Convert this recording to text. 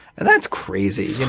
and that's crazy,